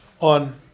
on